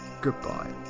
Goodbye